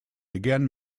again